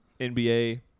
NBA